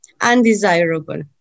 undesirable